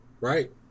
Right